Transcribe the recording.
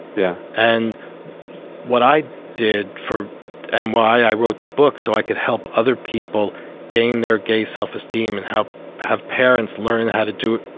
yeah. and what i did for and why i wrote the book so i could help other people gain their gay self-esteem and how to have parents learn how to do it,